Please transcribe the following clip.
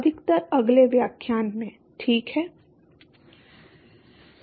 अधिकतर अगले व्याख्यान में ठीक है